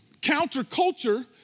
counterculture